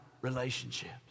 relationships